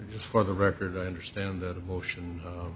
just for the record i understand